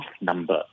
number